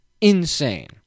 insane